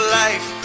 life